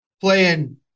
playing